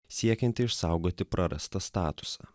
siekianti išsaugoti prarastą statusą